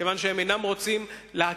כיוון שהם אינם רוצים להכיר,